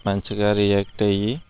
మంచిగా రియాక్ట్ అయ్యి